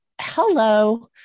hello